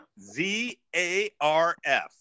Z-A-R-F